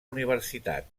universitat